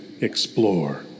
explore